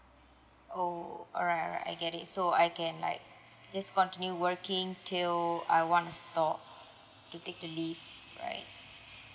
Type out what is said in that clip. oh alright alright I get it so I can like just continue working till I want to stop to take the leave right